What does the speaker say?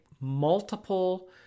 multiple